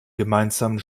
gemeinsamen